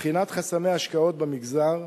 בחינת חסמי השקעות במגזר,